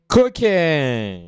Cooking